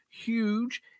huge